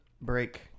Break